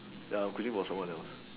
ya I am quitting for someone else